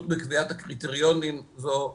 אמנם לא את כולם,